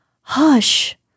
Hush